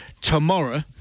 tomorrow